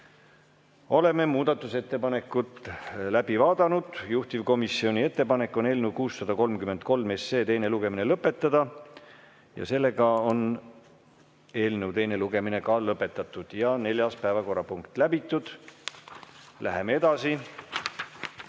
Oleme muudatusettepanekud läbi vaadanud. Juhtivkomisjoni ettepanek on eelnõu 633 teine lugemine lõpetada. Eelnõu teine lugemine on lõpetatud ja neljas päevakorrapunkt on läbitud. Läheme edasi